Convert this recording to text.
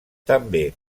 també